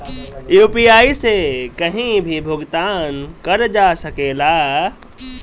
UPI से कहीं भी भुगतान कर जा सकेला?